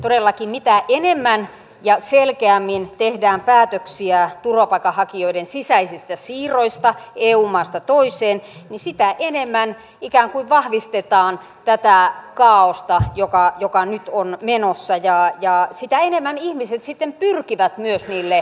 todellakin mitä enemmän ja selkeämmin tehdään päätöksiä turvapaikanhakijoiden sisäisistä siirroista eu maasta toiseen sitä enemmän ikään kuin vahvistetaan tätä kaaosta joka nyt on menossa ja sitä enemmän ihmiset sitten pyrkivät myös niille salakuljetusreiteille